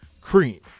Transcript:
Cream